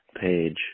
page